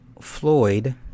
Floyd